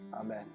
Amen